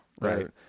Right